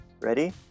Ready